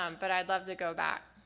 um but i'd love to go back.